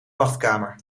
wachtkamer